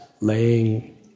laying